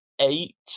eight